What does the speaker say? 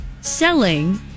selling